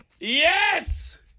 Yes